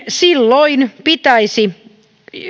silloin pitäisi